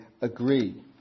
agree